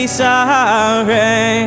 sorry